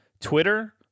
Twitter